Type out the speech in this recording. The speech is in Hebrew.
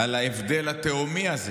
על ההבדל התהומי הזה